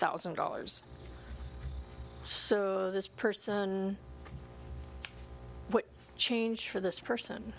thousand dollars so this person change for this person